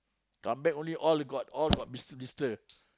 come back only all got all got blister blister